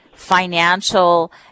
financial